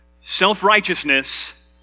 self-righteousness